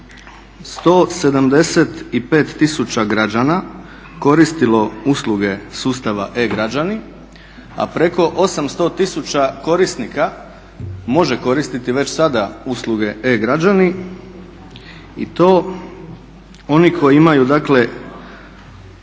175 tisuća građana koristilo usluge sustava e-građani, a preko 800 tisuća korisnika može koristiti već sada usluge e-građani i to oni koji imaju